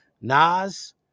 Nas